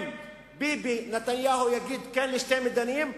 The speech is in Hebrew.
אם ביבי נתניהו יגיד "כן" לשתי מדינות,